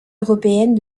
européenne